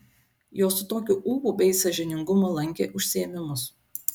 jos su tokiu ūpu bei sąžiningumu lankė užsiėmimus